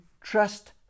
trust